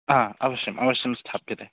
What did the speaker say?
हा अवश्यम् अवश्यं स्थाप्यते